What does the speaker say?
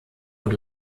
und